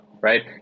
right